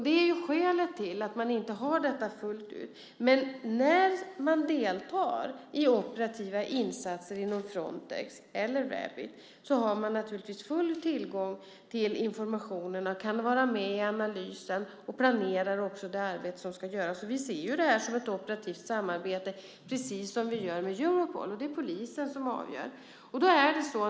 Det är skälet till att det inte är offentlighet fullt ut. Men när man deltar i operativa insatser inom Frontex eller Rabit har man naturligtvis full tillgång till informationen och kan vara med i analysen och också planera det arbete som ska utföras. Vi ser detta som ett operativt samarbete och det är polisen som avgör.